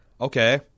Okay